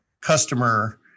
customer